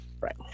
Right